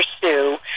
pursue –